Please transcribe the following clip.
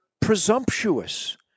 presumptuous